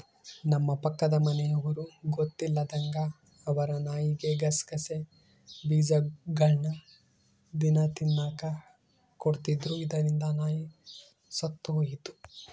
ನಮ್ಮ ಪಕ್ಕದ ಮನೆಯವರು ಗೊತ್ತಿಲ್ಲದಂಗ ಅವರ ನಾಯಿಗೆ ಗಸಗಸೆ ಬೀಜಗಳ್ನ ದಿನ ತಿನ್ನಕ ಕೊಡ್ತಿದ್ರು, ಇದರಿಂದ ನಾಯಿ ಸತ್ತೊಯಿತು